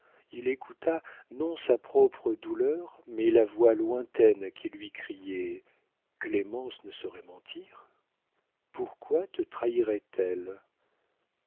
il écouta non sa propre douleur mais la voix lointaine qui lui criait clémence ne saurait mentir pourquoi te